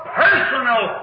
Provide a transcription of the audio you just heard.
personal